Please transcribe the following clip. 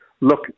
look